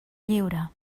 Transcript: lliure